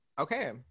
Okay